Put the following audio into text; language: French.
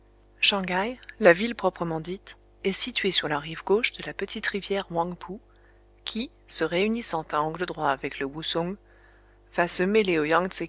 shang haï la ville proprement dite est située sur la rive gauche de la petite rivière houang pou qui se réunissant à angle droit avec le wousung va